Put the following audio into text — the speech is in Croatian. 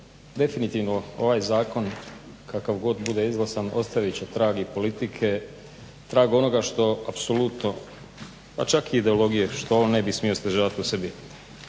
definitivno ovaj zakon kakav god bude izglasan ostavit će trag i politike, trag onoga što apsolutno, pa čak i ideologije što on ne bi zadržavat u sebi.